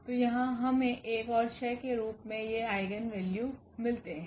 तो यहाँ हमें 1 और 6 के रूप में ये आइगेन वैल्यू मिलते हैं